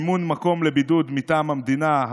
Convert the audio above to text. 11) (מימון מקום לבידוד מטעם המדינה),